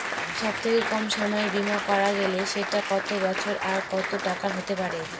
সব থেকে কম সময়ের বীমা করা গেলে সেটা কত বছর আর কত টাকার হতে পারে?